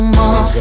more